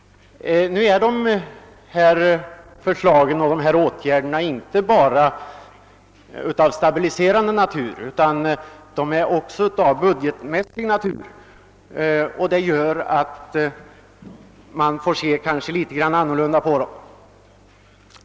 Emellertid är de aktuella åtgärderna inte bara av stabiliserande natur utan också av budgetmässig natur, och därför får vi kanske se litet annorlunda på dem.